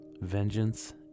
Vengeance